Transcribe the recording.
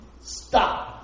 stop